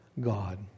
God